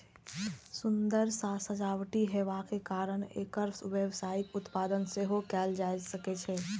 सुंदर आ सजावटी हेबाक कारणें एकर व्यावसायिक उत्पादन सेहो कैल जा सकै छै